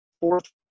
Fourth